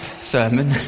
sermon